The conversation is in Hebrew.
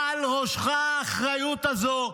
על ראשך האחריות הזו.